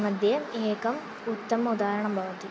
मध्ये एकम् उत्तम उदाहरणं भवति